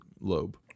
lobe